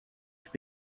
dfb